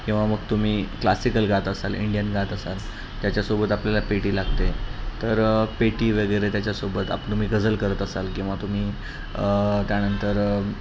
किंवा मग तुम्ही क्लासिकल गात असाल इंडियन गात असाल त्याच्यासोबत आपल्याला पेटी लागते तर पेटी वगैरे त्याच्यासोबत आप तुम्ही गझल करत असाल किंवा तुम्ही त्यानंतर